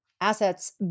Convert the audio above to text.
assets